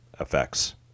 Effects